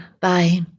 bye